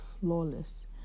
flawless